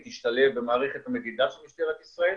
היא תשתלב במערכת המדידה של משטרת ישראל.